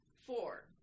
Four